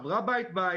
היא עברה בית-בית.